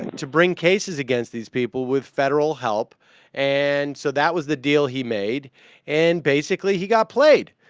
to bring cases against these people with federal help and so that was the deal he made and basically he got played